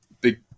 big